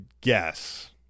guess